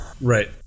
Right